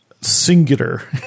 singular